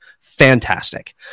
fantastic